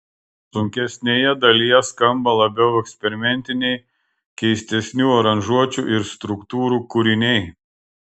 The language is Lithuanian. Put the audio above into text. sunkesnėje dalyje skamba labiau eksperimentiniai keistesnių aranžuočių ir struktūrų kūriniai